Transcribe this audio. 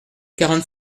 quarante